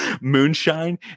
moonshine